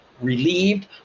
relieved